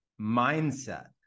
mindset